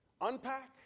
unpack